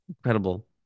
incredible